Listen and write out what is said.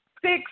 six